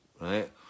right